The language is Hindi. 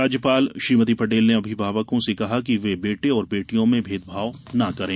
राज्यपाल श्रीमती पटेल ने अभिभावकों से कहा कि वे बेटे और बेटियों में भेदभाव न करें